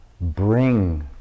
bring